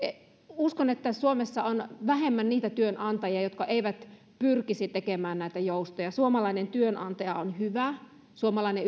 uskon että suomessa on vähemmän niitä työnantajia jotka eivät pyrkisi tekemään näitä joustoja suomalainen työnantaja on hyvä suomalainen